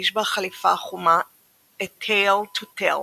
"האיש בחליפה החומה – A tale to tell",